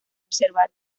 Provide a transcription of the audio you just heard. observar